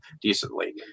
decently